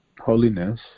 holiness